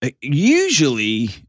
usually